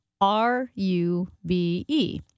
R-U-B-E